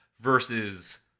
Versus